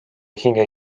hinge